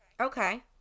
Okay